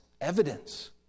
evidence